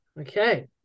Okay